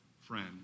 friend